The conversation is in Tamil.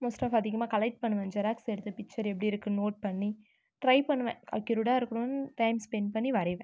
மோஸ்ட் ஆஃப் அதிகமாக கலெக்ட் பண்ணுவேன் ஜெராக்ஸ் எடுத்து பிக்சர் எப்படி இருக்குன்னு நோட் பண்ணி ட்ரை பண்ணுவேன் அக்யூரேட்டா இருக்கனுன் டைம் ஸ்பென்ட் பண்ணி வரைவேன்